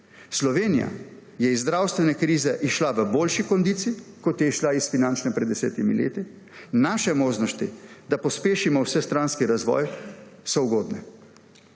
Slovenija je iz zdravstvene krize izšla v boljši kondiciji, kot je izšla iz finančne pred desetimi leti. Naše možnosti, da pospešimo vsestranski razvoj so ugodne.